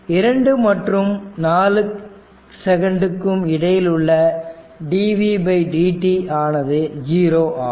2 மற்றும் 4 செகண்ட்டுக்கும் இடையில் உள்ள dvtdt ஆனது 0 ஆகும்